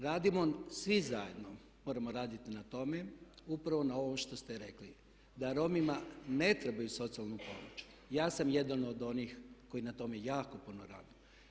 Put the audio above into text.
Radimo svi zajedno, moramo raditi na tome, upravo na ovom što ste rekli da Romima ne treba socijalna pomoć, ja sam jedan od onih koji na tome jako puno radi.